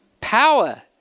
Power